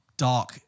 dark